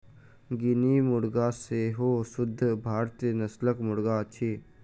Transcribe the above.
guinea मुर्गा सेहो शुद्ध भारतीय नस्लक मुर्गा अछि